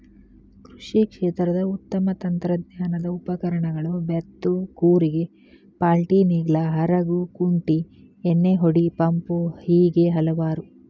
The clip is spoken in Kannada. ಕೃಷಿ ಕ್ಷೇತ್ರದ ಉತ್ತಮ ತಂತ್ರಜ್ಞಾನದ ಉಪಕರಣಗಳು ಬೇತ್ತು ಕೂರಿಗೆ ಪಾಲ್ಟಿನೇಗ್ಲಾ ಹರಗು ಕುಂಟಿ ಎಣ್ಣಿಹೊಡಿ ಪಂಪು ಹೇಗೆ ಹಲವಾರು